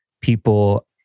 people